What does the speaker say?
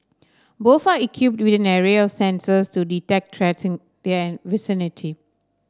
both are equipped with an array of sensors to detect threats in their vicinity